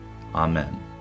Amen